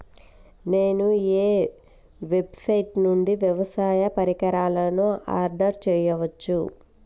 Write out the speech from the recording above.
నేను ఏ వెబ్సైట్ నుండి వ్యవసాయ పరికరాలను ఆర్డర్ చేయవచ్చు?